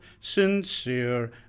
sincere